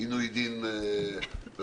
לעינוי דין, וכו'.